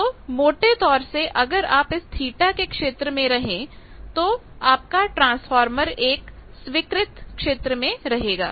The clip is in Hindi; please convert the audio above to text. तो मोटे तौर से अगर आप इस थीटा के क्षेत्र में रहे तो आपका ट्रांसफॉर्मर एक स्वीकृत क्षेत्र में रहेगा